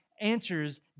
answers